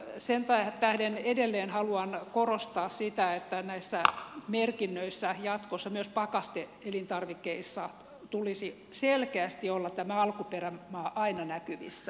sen tähden edelleen haluan korostaa sitä että näissä merkinnöissä jatkossa myös pakaste elintarvikkeissa tulisi selkeästi olla tämä alkuperämaa aina näkyvissä